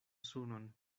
sunon